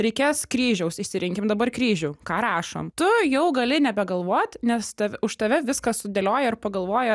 reikės kryžiaus išsirinkim dabar kryžių ką rašom tu jau gali nebegalvot nes tav už tave viską sudėlioja ir pagalvoja